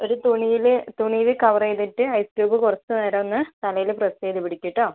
ഒരു തുണീല് തുണീല് കവർ ചെയ്തിട്ട് ഐസ് ക്യൂബ് കുറച്ച് നേരമൊന്ന് തലയില് പ്രസ്സ് ചെയ്ത് പിടിക്ക് കെട്ടോ